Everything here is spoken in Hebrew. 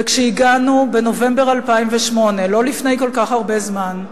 וכשהגענו, בנובמבר 2008, לא לפני כל כך הרבה זמן,